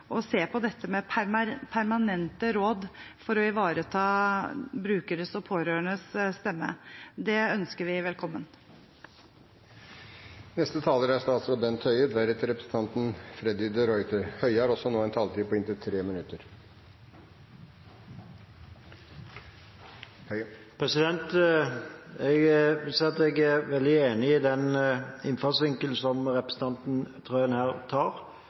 å se på permanente råd for å ivareta brukernes og pårørendes stemme. Det ønsker vi velkommen. Jeg vil si at jeg er veldig enig i den innfallsvinkelen som representanten Trøen her